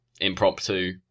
impromptu